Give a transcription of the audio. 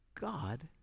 God